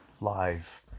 live